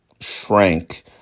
shrank